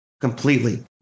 completely